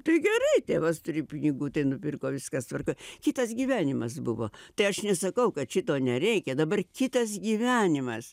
tai gerai tėvas turi pinigų nupirko viskas tvarkoj kitas gyvenimas buvo tai aš nesakau kad šito nereikia dabar kitas gyvenimas